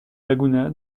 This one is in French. laguna